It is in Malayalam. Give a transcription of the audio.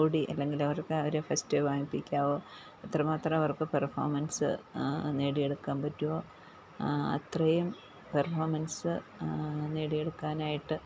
ഓടി അല്ലെങ്കിൽ അവർക്ക് അവരെ ഫസ്റ്റ് വാങ്ങിപ്പിക്കാമോ എത്ര മാത്രം അവർക്ക് പെർഫോമൻസ് നേടി എടുക്കാൻ പറ്റുമോ അത്രയും പെർഫോമൻസ് നേടിയെടുക്കാനായിട്ട്